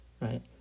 right